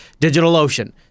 DigitalOcean